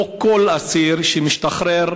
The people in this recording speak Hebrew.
כל אסיר שמשתחרר,